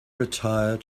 retire